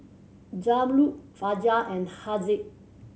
Zamrud Fajar and Haziq